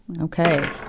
Okay